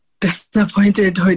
disappointed